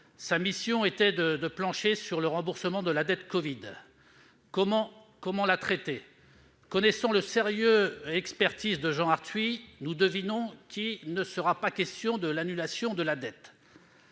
Sa mission était de plancher sur le remboursement de la dette covid. Comment en effet traiter celle-ci ? Connaissant le sérieux et l'expertise de Jean Arthuis, nous devinons qu'il ne sera pas question d'annulation de la dette.